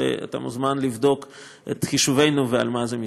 ואתה מוזמן לבדוק את חישובינו ועל מה זה מסתמך.